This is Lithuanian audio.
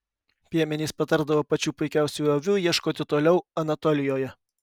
piemenys patardavo pačių puikiausių avių ieškoti toliau anatolijoje